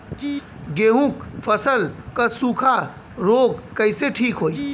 गेहूँक फसल क सूखा ऱोग कईसे ठीक होई?